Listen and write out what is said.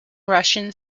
russian